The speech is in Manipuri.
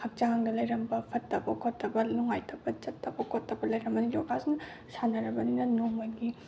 ꯍꯛꯆꯥꯡꯗ ꯂꯩꯔꯝꯕ ꯐꯠꯇꯕ ꯈꯣꯠꯇꯕ ꯅꯨꯡꯉꯥꯏꯇꯕ ꯆꯠꯇꯕ ꯈꯣꯠꯇꯕ ꯂꯩꯔꯝꯕꯁꯤꯡ ꯌꯣꯒꯥꯁꯤꯅ ꯁꯥꯟꯅꯔꯕꯅꯤꯅ ꯅꯣꯡꯃꯒꯤ